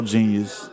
Genius